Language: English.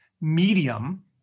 Medium